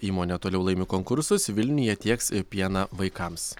įmonė toliau laimi konkursus vilniuje tieks pieną vaikams